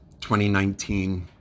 2019